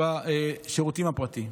ולהתחרות בשירותים הפרטיים.